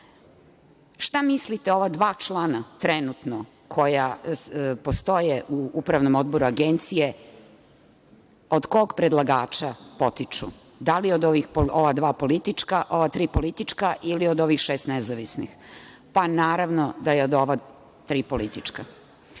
mislite, ova dva člana trenutno koja postoje u Upravnom odboru Agencije, od kog predlagača potiču? Da li od ova tri politička ili od ovih šest nezavisnih? Naravno da je od tri politička. Ono